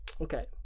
Okay